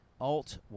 alt